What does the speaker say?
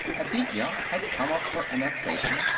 aditya had come up for annexation,